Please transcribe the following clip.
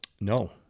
No